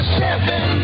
seven